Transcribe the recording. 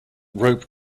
rope